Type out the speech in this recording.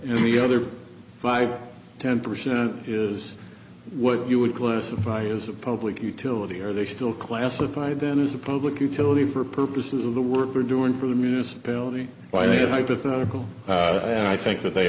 and the other five ten percent is what you would classify as a public utility are they still classified then as a public utility for purposes of the work they're doing for the municipality by a hypothetical and i think that they